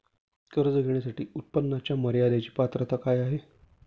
कर्ज घेण्यासाठी उत्पन्नाच्या मर्यदेची पात्रता आहे का?